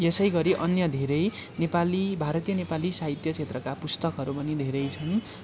र यसै गरी अन्य धेरै नेपाली भारतीय नेपाली साहित्य क्षेत्रका पुस्तकहरू पनि धेरै छन्